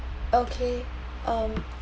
okay um